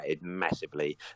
massively